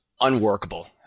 unworkable